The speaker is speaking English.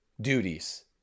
Duties